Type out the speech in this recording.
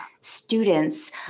students